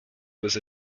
was